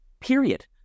period